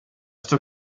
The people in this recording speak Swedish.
står